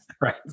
Right